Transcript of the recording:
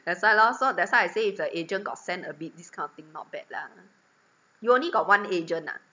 that's why lor so that's why I say if the agent got send a bit this kind of thing not bad lah you only got one agent ah